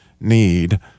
need